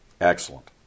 Excellent